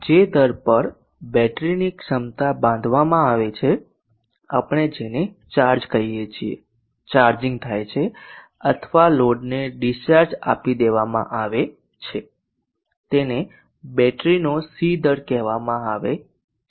જે દર પર બેટરીની ક્ષમતા બાંધવામાં આવે છે આપણે જેને ચાર્જ કહીએ છીએ ચાર્જિંગ થાય છે અથવા લોડને ડિસ્ચાર્જ આપી દેવામાં આવે છે તેને બેટરીનો C દર કહેવામાં આવે છે